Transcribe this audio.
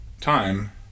time